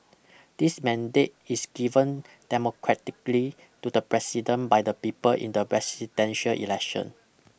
this mandate is given democratically to the president by the people in the presidential election